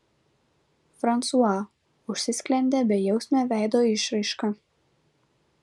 fransua užsisklendė bejausme veido išraiška